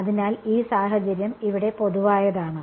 അതിനാൽ ഈ സാഹചര്യം ഇവിടെ പൊതുവായതാണ്